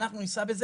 אנחנו נישא בזה.